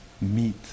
meet